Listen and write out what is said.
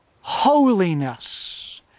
holiness